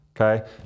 okay